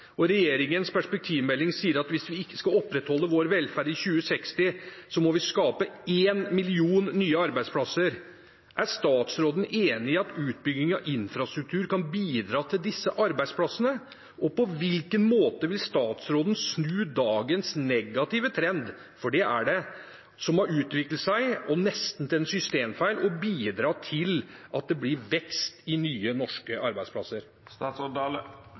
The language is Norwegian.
og det etterspørres 890 000 årsverk. I regjeringens perspektivmelding sies det at hvis vi skal opprettholde vår velferd i 2060, må vi skape én million nye arbeidsplasser. Er statsråden enig i at utbygging av infrastruktur kan bidra til disse arbeidsplassene? Og på hvilken måte vil statsråden snu dagens negative trend – for det er det – som har utviklet seg, og nesten til en systemfeil, og bidra til at det blir vekst i nye, norske